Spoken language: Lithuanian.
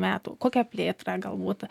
metų kokią plėtrą galbūt